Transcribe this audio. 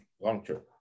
long-term